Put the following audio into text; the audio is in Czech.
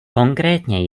konkrétně